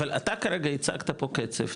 אבל אתה כרגע הצגת פה קצב,